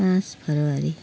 पाँच फेब्रुअरी